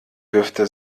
dürfte